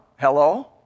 Hello